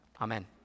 Amen